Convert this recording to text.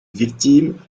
victime